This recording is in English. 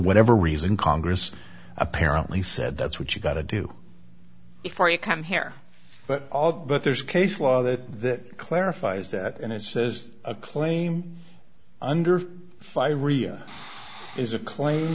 whatever reason congress apparently said that's what you got to do before you come here but all but there's case law that clarifies that and it says a claim under five riya is a claim